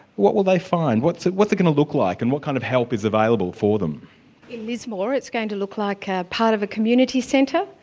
what will they find? what's it going to look like, and what kind of help is available for them? in lismore it's going to look like part of a community centre,